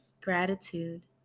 Gratitude